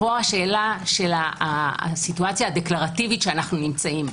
פה המצב הדקלרטיבי שאנו בו,